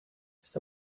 está